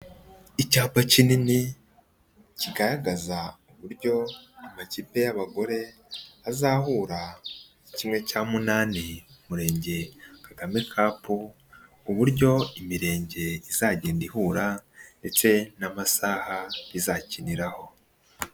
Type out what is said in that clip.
lcyapa kinini kigaragaza uburyo amakipe y'abagore azahura muri kimwe cya munani, umurenge kagame cup ,uburyo imirenge izagenda ihura, ndetse n'amasaha izakiniraho.